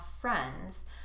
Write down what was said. friends